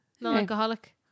Non-alcoholic